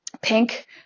pink